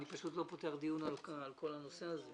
אני פשוט לא פותח דיון על כל הנושא הזה.